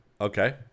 Okay